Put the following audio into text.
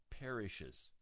perishes